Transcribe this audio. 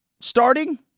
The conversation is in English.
starting